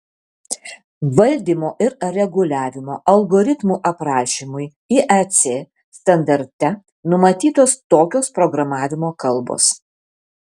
valdymo ir reguliavimo algoritmų aprašymui iec standarte numatytos tokios programavimo kalbos